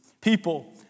People